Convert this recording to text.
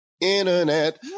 internet